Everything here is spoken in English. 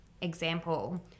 example